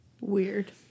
Weird